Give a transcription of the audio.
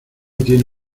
tiene